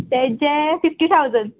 तेजे fifty thousand